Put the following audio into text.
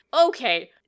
Okay